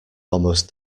almost